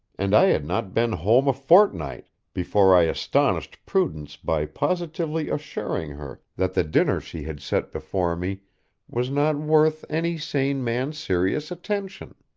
and i had not been home a fortnight before i astonished prudence by positively assuring her that the dinner she had set before me was not worth any sane man's serious attention.